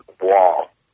Wall